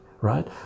right